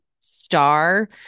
star